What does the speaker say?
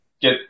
get